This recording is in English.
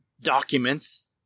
documents